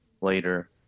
later